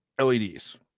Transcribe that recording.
LEDs